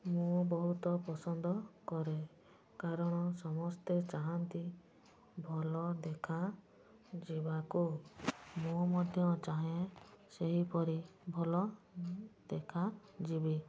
ମୁଁ ବହୁତ ପସନ୍ଦ କରେ କାରଣ ସମସ୍ତେ ଚାହାଁନ୍ତି ଭଲ ଦେଖା ଯିବାକୁ ମୁଁ ମଧ୍ୟ ଚାହେଁ ସେହିପରି ଭଲ ଦେଖା ଯିବି